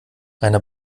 einer